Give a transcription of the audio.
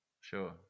Sure